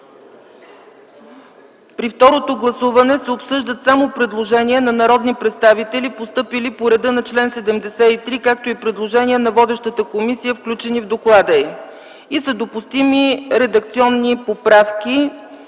При второто гласуване се обсъждат само предложения на народни представители, постъпили по реда на чл. 73, както и предложения на водещата комисия, включени в доклада й и са допустими редакционни поправки,